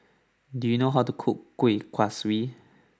do you know how to cook Kuih Kaswi